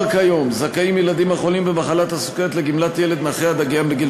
כבר כיום זכאים ילדים החולים במחלת הסוכרת לגמלת ילד נכה עד הגיעם לגיל